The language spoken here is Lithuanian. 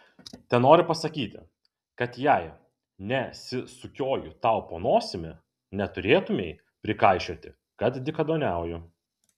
tenoriu pasakyti kad jei nesisukioju tau po nosimi neturėtumei prikaišioti kad dykaduoniauju